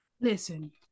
Listen